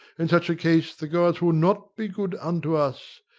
in such a case the gods will not be good unto us.